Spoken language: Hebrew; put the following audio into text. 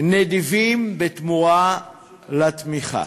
נדיבים בתמורה לתמיכה,